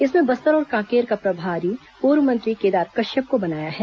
इसमें बस्तर और कांकेर का प्रभारी पूर्व मंत्री केदार केश्यप को बनाया है